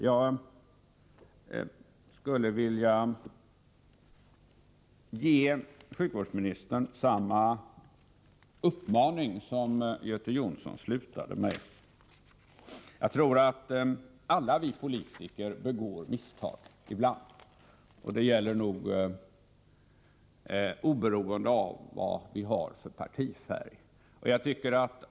Jag skulle vilja ge sjukvårdsministern samma uppmaning som Göte Jonsson slutade sitt anförande med. Jag tror att alla vi politiker begår misstag ibland. Det gäller nog oberoende av vad vi har för partifärg.